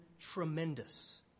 tremendous